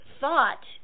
thought